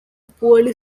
poorly